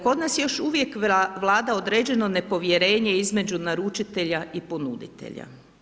Kod nas još uvijek vlada određeno nepovjerenje između naručitelja i ponuditelja.